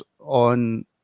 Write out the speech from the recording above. on